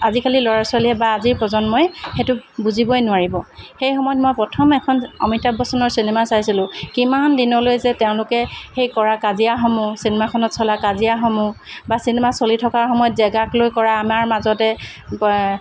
আজিকালিৰ ল'ৰা ছোৱালীয়ে বা আজিৰ প্ৰজন্মই সেইটো বুজিবই নোৱাৰিব সেই সময়ত মই প্ৰথম এখন অমিতাভ বচ্চনৰ চিনেমা চাইছিলোঁ কিমান দিনলৈ যে তেওঁলোকে সেই কৰা কাজিয়াসমূহ চিনেমাখনত চলা কাজিয়াসমূহ বা চিনেমা চলি থকা সময়ত জেগাক লৈ কৰা আমাৰ মাজতে